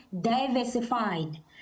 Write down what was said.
diversified